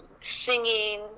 singing